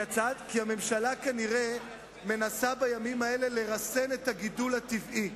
כי הממשלה כנראה מנסה בימים האלה לרסן את הגידול הטבעי.